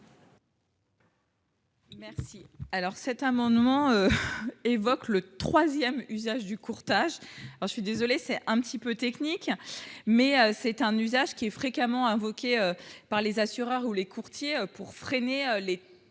Merci. Alors cet amendement. Évoque le 3ème usage du courtage. Alors je suis désolé, c'est un petit peu technique mais c'est un usage qui est fréquemment invoquées par les assureurs ou les courtiers pour freiner les